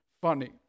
funny